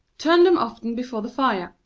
turn them often before the fire,